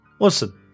Listen